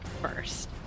first